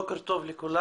בוקר טוב לכולם,